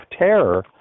terror